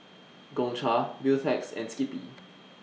Gongcha Beautex and Skippy